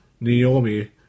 Naomi